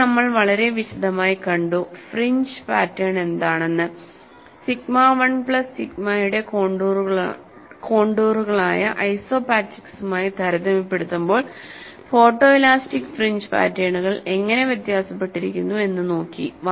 പിന്നെ നമ്മൾ വളരെ വിശദമായി കണ്ടു ഫ്രിഞ്ച് പാറ്റേൺ എന്താണെന്ന് സിഗ്മ 1 പ്ലസ് സിഗ്മയുടെ കോൺടൂറുകളായ ഐസോപാച്ചിക്സുമായി താരതമ്യപ്പെടുത്തുമ്പോൾ ഫോട്ടോഇലാസ്റ്റിക് ഫ്രിഞ്ച് പാറ്റേണുകൾ എങ്ങിനെ വ്യത്യാസപ്പെട്ടിരിക്കുന്നു എന്ന് നോക്കി